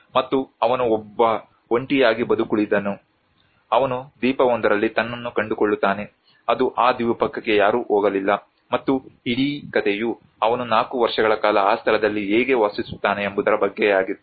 ಮತ್ತು ಅವನು ಒಬ್ಬ ಒಂಟಿಯಾಗಿ ಬದುಕುಳಿದವನು ಅವನು ದ್ವೀಪವೊಂದರಲ್ಲಿ ತನ್ನನ್ನು ಕಂಡುಕೊಳ್ಳುತ್ತಾನೆ ಅದು ಆ ದ್ವೀಪಕ್ಕೆ ಯಾರೂ ಹೋಗಲಿಲ್ಲ ಮತ್ತು ಇಡೀ ಕಥೆಯು ಅವನು 4 ವರ್ಷಗಳ ಕಾಲ ಆ ಸ್ಥಳದಲ್ಲಿ ಹೇಗೆ ವಾಸಿಸುತ್ತಾನೆ ಎಂಬುದರ ಬಗ್ಗೆಯಾಗಿತ್ತು